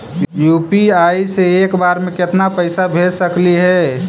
UPI से एक बार मे केतना पैसा भेज सकली हे?